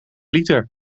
liter